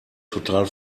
total